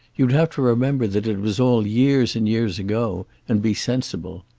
you'd have to remember that it was all years and years ago, and be sensible.